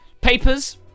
Papers